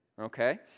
Okay